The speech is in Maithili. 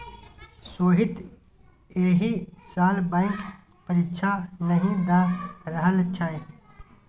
सोहीत एहि साल बैंक परीक्षा नहि द रहल छै